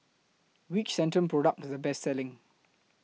Which Centrum Product IS The Best Selling